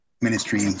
ministry